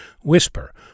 Whisper